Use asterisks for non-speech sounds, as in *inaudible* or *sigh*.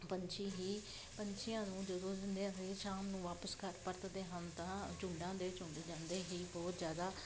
ਪੰਛੀ ਹੀ ਪੰਛੀਆਂ ਨੂੰ ਜਦੋਂ *unintelligible* ਸ਼ਾਮ ਨੂੰ ਵਾਪਸ ਘਰ ਪਰਤਦੇ ਹਨ ਤਾਂ ਝੁੰਡਾਂ ਦੇ ਝੁੰਡ ਜਾਂਦੇ ਹੀ ਬਹੁਤ ਜ਼ਿਆਦਾ